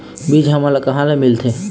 बीज हमन ला कहां ले मिलथे?